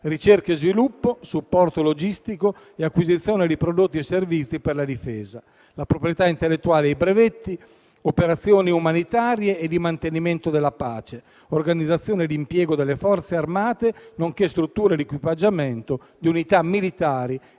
ricerca e sviluppo, supporto logistico e acquisizione di prodotti e servizi per la difesa; proprietà intellettuale e brevetti; operazioni umanitarie e di mantenimento della pace; organizzazione e impiego delle Forze Armate, nonché strutture ed equipaggiamento di unità militari